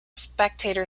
spectator